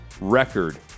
record